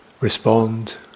respond